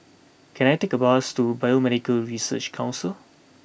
can I take a bus to Biomedical Research Council